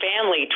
family